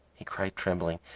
he cried, trembling.